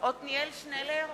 עתניאל שנלר,